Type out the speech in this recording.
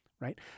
right